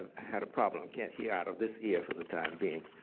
ah had a problem. can't hear out of this ear for the time being.